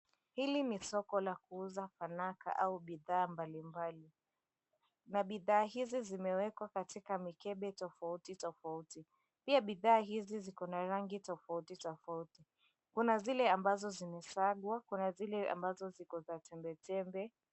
Hili ni soko la kuuza fanaka au bidhaa mbali mbali na bidhaa hizi zimewekwa katika mikebe tofauti tofauti. Pia bidhaa hizi zikona rangi tofauti tofauti. Kuna zile ambazo zimesagwa, kuna zile ambazo ziko za tembe tembe.